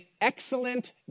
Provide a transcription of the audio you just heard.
excellent